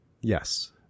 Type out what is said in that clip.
Yes